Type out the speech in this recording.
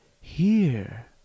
here